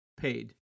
paid